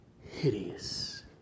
hideous